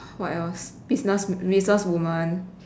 what else business business woman